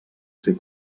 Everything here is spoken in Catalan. ser